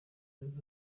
mwiza